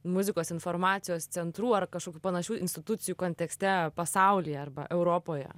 muzikos informacijos centrų ar kažkokių panašių institucijų kontekste pasauly arba europoje